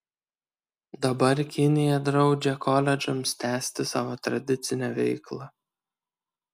dabar kinija draudžia koledžams tęsti savo tradicinę veiklą